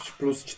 plus